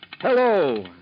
Hello